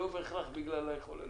לא בהכרח בגלל היכולת.